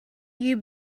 you